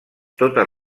totes